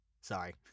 Sorry